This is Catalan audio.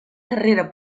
carrera